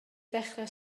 ddechrau